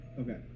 Okay